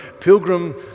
Pilgrim